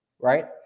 right